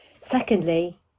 secondly